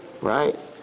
Right